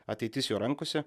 ateitis jo rankose